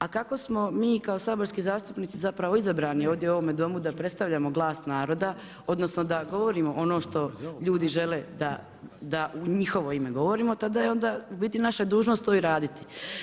A kako smo mi kao saborski zastupnici zapravo izabrani ovdje u ovome domu da predstavljamo glas naroda, odnosno, da govorimo ono što ljudi žele da u njihovo ime govorimo, tada je onda u biti naša dužnost to i raditi.